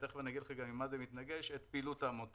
ותיכף אני אגיד לכם גם עם מה זה מתנגש את פעילות העמותה,